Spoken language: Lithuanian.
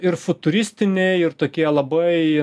ir futuristiniai ir tokie labai